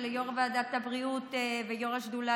וליו"ר ועדת הבריאות ויו"ר השדולה